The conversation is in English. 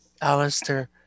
Alistair